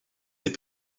même